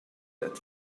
that